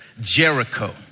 Jericho